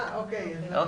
אוקיי.